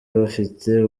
abafite